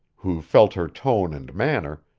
who felt her tone and manner,